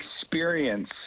experience